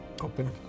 open